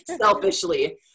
selfishly